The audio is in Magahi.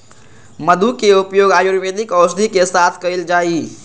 मधु के उपयोग आयुर्वेदिक औषधि के साथ कइल जाहई